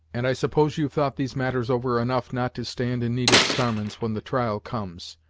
and i suppose you've thought these matters over enough not to stand in need of sarmons when the trial comes.